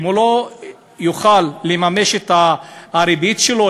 אם הוא לא יוכל לממש את הריבית שלו,